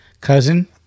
cousin